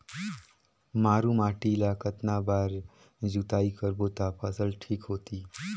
मारू माटी ला कतना बार जुताई करबो ता फसल ठीक होती?